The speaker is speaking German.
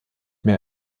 mehr